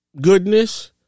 goodness